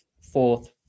fourth